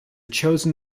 chosen